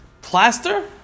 plaster